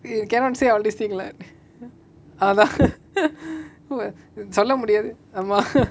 you cannot say all this thing lah அதா:atha what சொல்ல முடியாது ஆமா:solla mudiyathu aama